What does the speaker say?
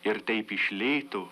ir taip iš lėto